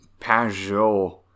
Pajot